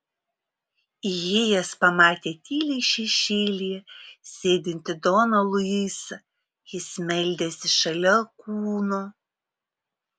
įėjęs pamatė tyliai šešėlyje sėdintį doną luisą jis meldėsi šalia kūno